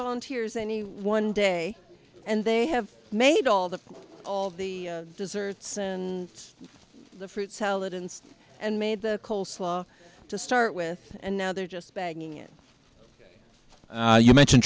volunteers and one day and they have made all the all the desserts and the fruit salad and and made the cole slaw to start with and now they're just bagging it you mention